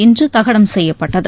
இன்று தகனம் செய்யப்பட்டது